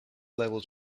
levels